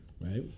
Right